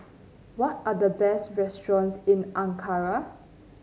what are the best restaurants in Ankara